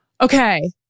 Okay